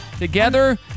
Together